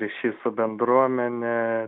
ryšys su bendruomene